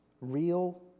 real